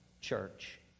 church